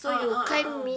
ah ah ah